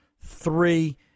three